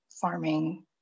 farming